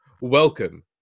welcome